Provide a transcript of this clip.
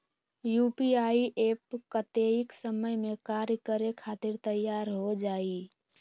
UPI app कतेइक समय मे कार्य करे खातीर तैयार हो जाई?